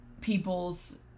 people's